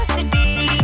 City